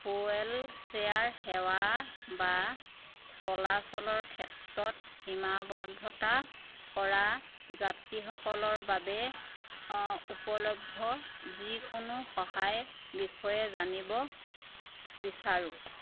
whale chair সেৱা বা চলাচলৰ ক্ষেত্ৰত সীমাৱদ্ধতা কৰা যাত্ৰীসকলৰ বাবে উপলব্ধ যিকোনো সহায়ৰ বিষয়ে জানিব বিচাৰোঁ